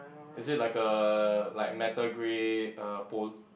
is it like a like metal grey uh pole